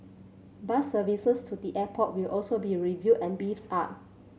bus services to the airport will also be reviewed and beefed up